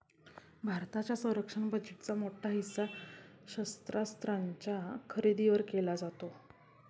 भारताच्या संरक्षण बजेटचा मोठा हिस्सा शस्त्रास्त्रांच्या खरेदीवर जातो